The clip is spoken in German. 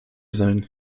sein